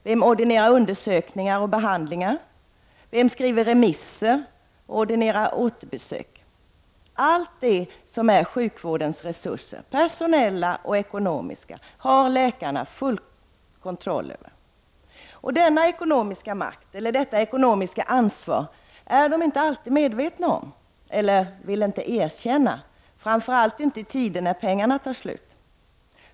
Vem ordinerar undersökningar och behandlingar? Vem skriver remisser och ordinerar återbesök? Allt det som är sjukvårdens resurser, personella och ekonomiska, har läkarna full kontroll över. Denna ekonomiska makt, eller detta ekonomiska ansvar, är de inte alltid medvetna om eller vill erkänna, framför allt inte i tider när pengarna tar slut.